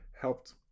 helped